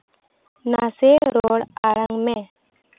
ᱱᱟᱥᱮ ᱨᱚᱲ ᱟᱲᱟᱝ ᱢᱮ